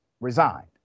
resigned